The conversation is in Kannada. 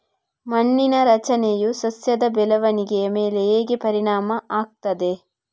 ಮಣ್ಣಿನ ರಚನೆಯು ಸಸ್ಯದ ಬೆಳವಣಿಗೆಯ ಮೇಲೆ ಹೇಗೆ ಪರಿಣಾಮ ಆಗ್ತದೆ?